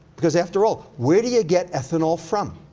because after all, where do you get ethanol from?